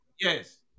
Yes